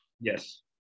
Yes